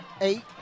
eight